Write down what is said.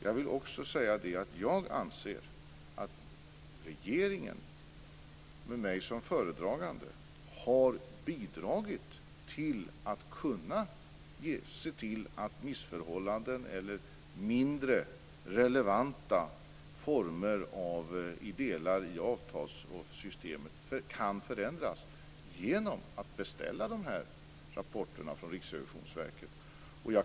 Jag vill också säga att jag anser att regeringen med mig som föredragande har bidragit till att man kan se till att missförhållanden eller mindre relevanta former i delar av avtalssystemet kan förändras genom att man beställer rapporterna från Riksrevisionsverket.